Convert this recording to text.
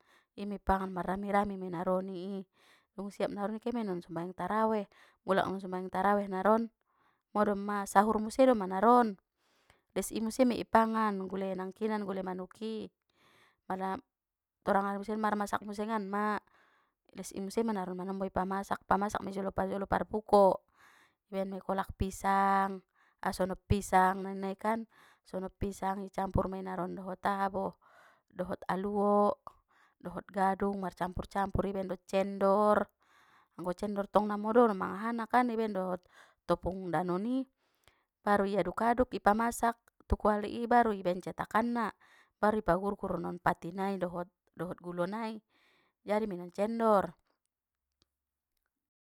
I mei i pangan mar rami rami mei naron i dung siap naron kemei i non sumbayang taraweh, mulak nggon sumbayang taraweh naron, modom ma sahur muse doma naron, les i muse mei i pangan, gule nangkinan gule manuki, pala torang ari muse mar marmasak musenganma, les i muse ma naron manombo i pamasak pamasak mei parjolo parbuko, ibaen mei kolak pisang, sonop pisang na ninnai kan sonop pisang i campur mei naron dohot aha bo, dohot aluo, dohot gadung marcampur campur i baen dohor cendor, anggo cendor tong namodor mang ahana kan ibaen dohot topung danini, baru iaduk aduk i pamasak tu kuali i baru i baen cetakanna, baru i pagurgur non pati nai dohot dohot gulo nai, jadi menon cendor.